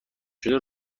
شده